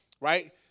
Right